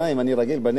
אני רגיל בנגב,